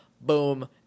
Boom